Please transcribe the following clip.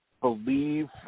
believe